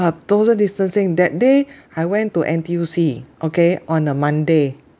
uh social distancing that day I went to N_T_U_C okay on a monday